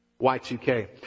Y2K